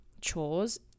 chores